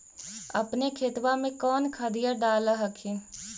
अपने खेतबा मे कौन खदिया डाल हखिन?